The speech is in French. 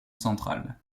central